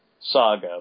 saga